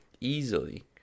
easily